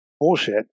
bullshit